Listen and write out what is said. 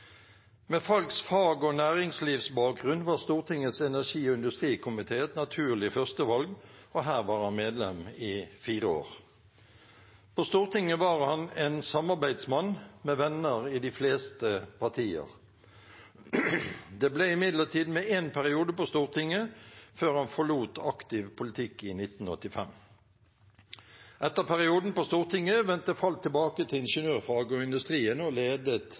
Med Falcks fag- og næringslivsbakgrunn var Stortingets energi- og industrikomité et naturlig førstevalg, og her var han medlem i fire år. På Stortinget var han en samarbeidsmann med venner i de fleste partier. Det ble imidlertid med én periode på Stortinget før han forlot aktiv politikk i 1985. Etter perioden på Stortinget vendte Falck tilbake til ingeniørfaget og industrien og